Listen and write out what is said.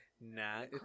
Nah